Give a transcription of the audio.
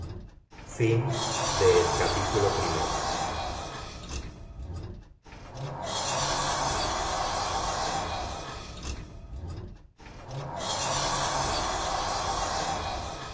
fin del tomo primero